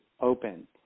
open